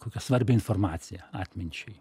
kokią svarbią informaciją atminčiai